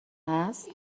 هست